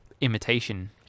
imitation